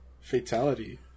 Fatality